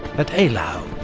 at eylau.